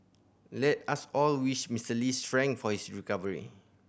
let us all wish Mister Lee strength for his recovery